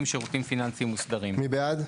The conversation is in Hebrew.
מי בעד?